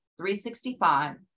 365